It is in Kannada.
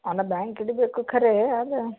ಅನ ಬ್ಯಾಂಕ್ ಹಿಡಿಬೇಕು ಖರೆ ಆದ್ರೆ